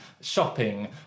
shopping